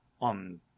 on